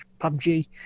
PUBG